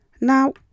Now